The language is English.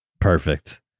Perfect